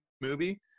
movie